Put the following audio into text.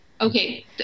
Okay